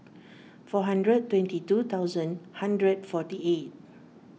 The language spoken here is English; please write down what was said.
four hundred twenty two thousand hundred forty eight